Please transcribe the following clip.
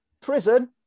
prison